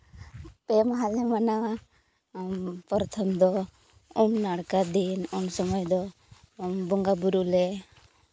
ᱯᱮ ᱢᱟᱦᱟᱞᱮ ᱢᱟᱱᱟᱣᱟ ᱯᱨᱚᱛᱷᱚᱢ ᱫᱚ ᱩᱢ ᱱᱟᱲᱠᱟ ᱫᱤᱱ ᱩᱱ ᱥᱚᱢᱚᱭ ᱫᱚ ᱵᱚᱸᱜᱟᱼᱵᱩᱨᱩᱞᱮ